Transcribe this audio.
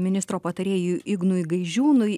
ministro patarėjui ignui gaižiūnui